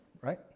right